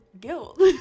guilt